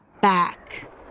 back